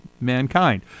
mankind